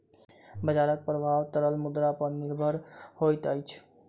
बजारक प्रभाव तरल मुद्रा पर निर्भर होइत अछि